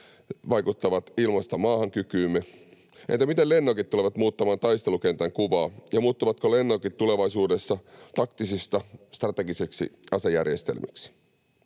vaikuttavat ilmasta maahan ‑kykyymme? Entä miten lennokit tulevat muuttamaan taistelukentän kuvaa, ja muuttuvatko lennokit tulevaisuudessa taktisista strategisiksi asejärjestelmiksi?